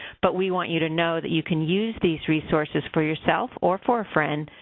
but we want you to know that you can use these resources for yourself or for a friend,